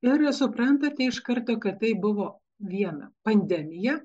ir suprantate iš karto kad tai buvo viena pandemija